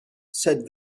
said